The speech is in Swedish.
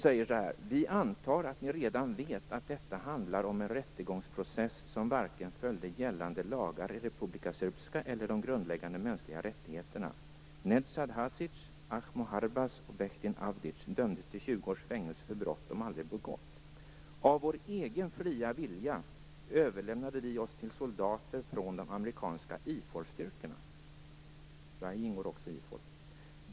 Där står: "Vi antar att ni redan vet att detta handlar om en rättegångsprocess som varken följde gällande lagar i Behdin Avdic dömdes till 20 års fängelse för brott de aldrig begått. Av vår egen fria vilja överlämnade vi oss till soldater från de amerikanska IFOR-styrkorna." Sverige ingår också i IFOR.